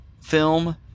film